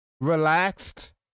Relaxed